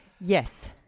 Yes